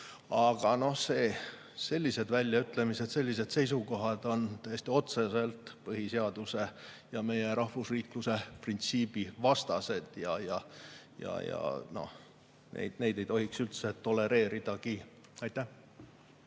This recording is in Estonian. Aga sellised väljaütlemised, sellised seisukohad on täiesti otseselt põhiseaduse ja meie rahvusriikluse printsiibi vastased ja neid ei tohiks üldse tolereeridagi. Väga